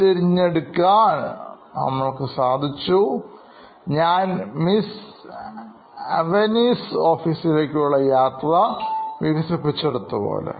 ഞാൻ miss Avni's ഓഫീസിലേക്കുള്ള യാത്ര വികസിപ്പിച്ചെടുത്ത പോലെ